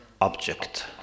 object